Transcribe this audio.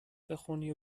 بخونی